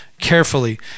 carefully